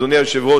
אדוני היושב-ראש,